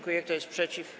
Kto jest przeciw?